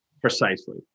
precisely